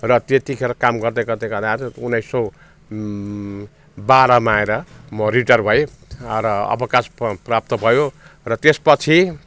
र त्यतिखेर काम गर्दै गर्दै गरेर आज उन्नाइस सय बाह्रमा आएर म रिटायर भएँ त्यहाँबाट अवकाश प प्राप्त भयो र त्यस पछि